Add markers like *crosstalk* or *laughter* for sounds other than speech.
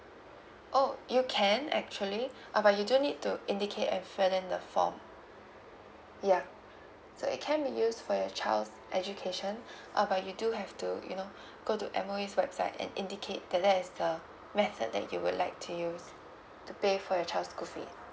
oh you can actually *breath* uh but you do need to indicate and fill in the form ya so it can be used for your child's education *breath* uh but you do have to you know *breath* go to M_O_E website and indicate that that is the method that you would like to use to pay for your child's school fee